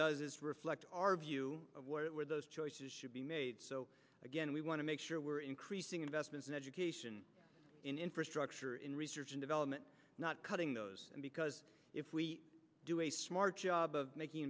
is reflect our view of where those choices should be made so again we want to make sure we're increasing investments in education in infrastructure in research and development not cutting those because if we do a smart job of making